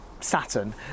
Saturn